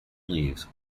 leaves